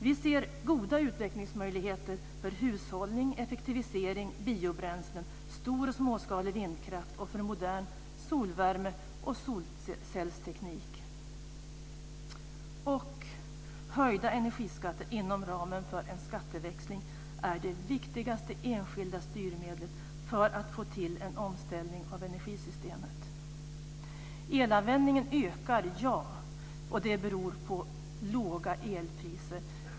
Vi ser goda utvecklingsmöjligheter för hushållning, effektivisering, biobränslen, stor och småskalig vindkraft och för modern solvärme och solcellsteknik. Höjda energiskatter inom ramen för en skatteväxling är det viktigaste enskilda styrmedlet för att få till en omställning av energisystemet. Elanvändningen ökar, och det beror på låga elpriser.